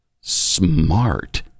smart